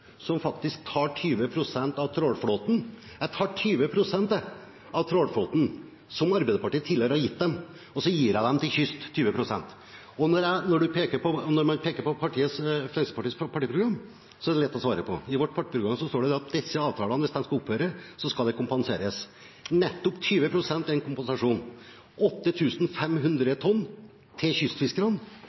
tar 20 pst. fra trålerflåten som Arbeiderpartiet tidligere har gitt dem, og gir de 20 pst. til kystfiskerne. Når man peker på Fremskrittspartiets partiprogram, er det lett å svare. I vårt partiprogram står det at hvis disse avtalene skal opphøre, skal det kompenseres. 20 pst. er nettopp en kompensasjon – 8 500 tonn til kystfiskerne